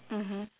mmhmm